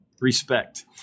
Respect